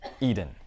Eden